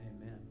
Amen